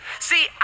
See